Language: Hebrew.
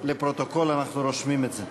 לפרוטוקול אנחנו רושמים את זה.